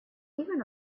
even